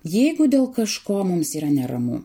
jeigu dėl kažko mums yra neramu